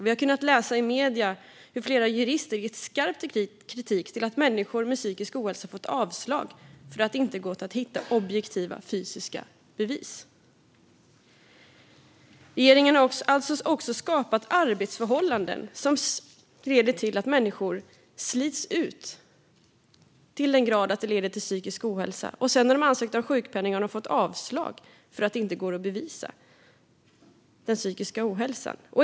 Vi har kunnat läsa i medierna hur flera jurister har gett skarp kritik mot att människor med psykisk ohälsa fått avslag för att det inte har gått att hitta objektiva fysiska bevis. Regeringen har alltså även skapat arbetsförhållanden som leder till att människor slits ut till den grad att det leder till psykisk ohälsa. När de sedan har ansökt om sjukpenning har de fått avslag för att det inte går att bevisa den psykiska ohälsan.